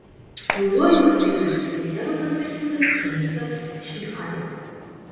naujuoju ukrainos premjeru patvirtintas denysas šmyhalis